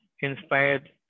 inspired